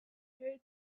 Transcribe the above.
her